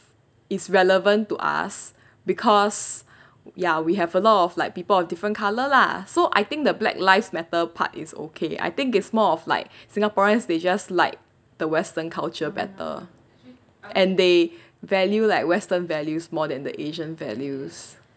it's relevant to us because ya we have a lot of like people of different colour lah so I think the black lives matter part is okay I think it's more of like singaporeans they just like the western culture better and they value like western values more than the asian values